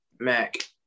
mac